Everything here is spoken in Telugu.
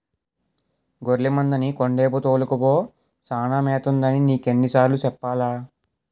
గొర్లె మందని కొండేపు తోలుకపో సానా మేతుంటదని నీకెన్ని సార్లు సెప్పాలా?